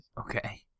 Okay